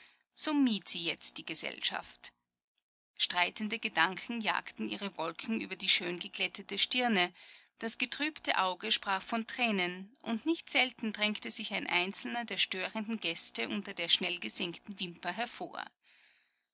so mied sie jetzt die gesellschaft streitende gedanken jagten ihre wolken über die schöngeglättete stirne das getrübte auge sprach von tränen und nicht selten drängte sich ein einzelner der störenden gäste unter der schnellgesenkten wimper hervor